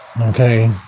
Okay